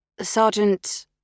Sergeant